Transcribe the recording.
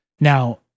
Now